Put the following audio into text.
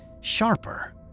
sharper